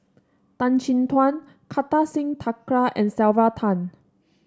Tan Chin Tuan Kartar Singh Thakral and Sylvia Tan